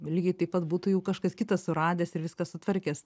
lygiai taip pat būtų jau kažkas kitas suradęs ir viską sutvarkęs